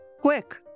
Quick